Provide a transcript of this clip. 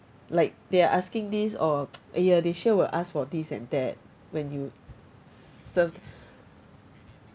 like they are asking this or !aiya! they sure will ask for this and that when you served